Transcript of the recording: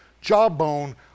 jawbone